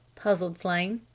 puzzled flame.